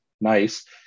nice